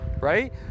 Right